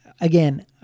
Again